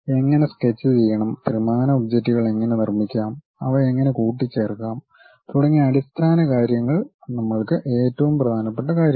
എങ്ങനെ സ്കെച്ച് ചെയ്യണം ത്രിമാന ഒബ്ജക്റ്റുകൾ എങ്ങനെ നിർമ്മിക്കാം അവ എങ്ങനെ കൂട്ടിച്ചേർക്കാം തുടങ്ങിയ അടിസ്ഥാന കാര്യങ്ങൾ നമ്മൾക്ക് ഏറ്റവും പ്രധാനപ്പെട്ട കാര്യമാണ്